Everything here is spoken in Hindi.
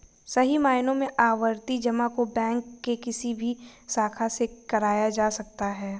सही मायनों में आवर्ती जमा को बैंक के किसी भी शाखा से कराया जा सकता है